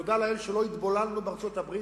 תודה לאל שלא התבוללנו בארצות-הברית,